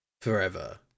forever